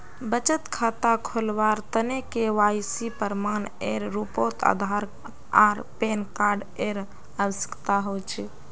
बचत खता खोलावार तने के.वाइ.सी प्रमाण एर रूपोत आधार आर पैन कार्ड एर आवश्यकता होचे